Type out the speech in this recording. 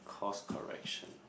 cost correction